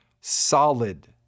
solid